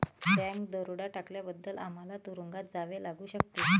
bank दरोडा टाकल्याबद्दल आम्हाला तुरूंगात जावे लागू शकते